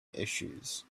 issues